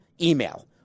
email